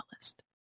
list